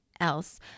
else